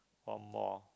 or more